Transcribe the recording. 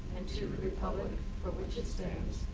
and to the republic for which it stands,